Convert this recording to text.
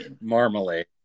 Marmalade